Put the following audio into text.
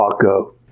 Paco